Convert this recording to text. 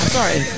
Sorry